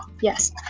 yes